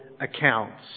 accounts